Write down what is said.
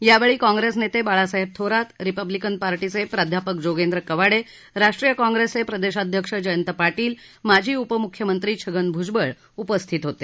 यावेळी काँग्रेस नेते बाळासाहेब थोरात रिपब्लिकन पार्टीचे प्राध्यापक जोगेंद्र कवाडे राष्ट्रीय काँग्रेसचे प्रदेशाध्यक्ष जयंत पाटील माजी उपम्ख्यमंत्री छगन भ्जबळ उपस्थित होते